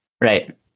Right